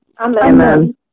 Amen